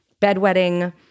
bedwetting